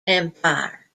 empire